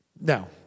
Now